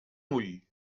ull